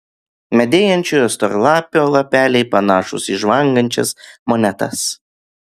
medėjančiojo storlapio lapeliai panašūs į žvangančias monetas